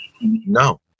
No